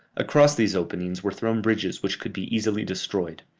across these openings were thrown bridges which could be easily destroyed.